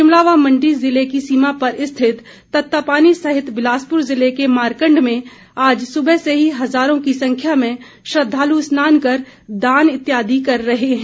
शिमला व मंडी ज़िला की सीमा पर रिथित तत्तापानी सहित बिलासपुर ज़िले के मारकंड में आज सुबह से ही हजारों की संख्या में श्रद्वालू स्नान कर दान इत्यादि कर रहें है